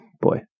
boy